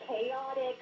chaotic